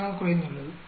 71 ஆக குறைந்துள்ளது